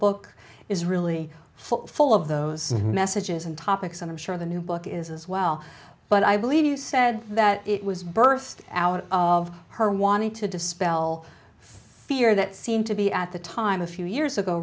book is really full of those messages and topics and i'm sure the new book is as well but i believe you said that it was burst out of her wanting to dispel fear that seemed to be at the time a few years ago